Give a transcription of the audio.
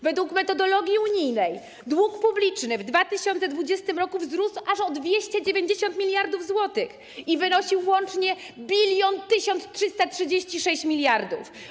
Według metodologii unijnej dług publiczny w 2020 r. wzrósł aż o 290 mld zł i wynosił włącznie 1336 mld.